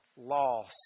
loss